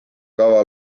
kava